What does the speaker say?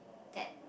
that